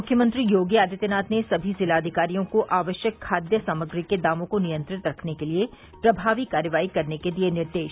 मुख्यमंत्री योगी आदित्यनाथ ने समी जिलाधिकारियों को आवश्यक खाद्य सामग्री के दामों को नियंत्रित रखने के लिये प्रभावी कार्रवाई करने के दिये निर्देश